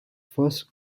first